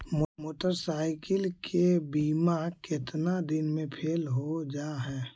Motorcycle के बिमा केतना दिन मे फेल हो जा है?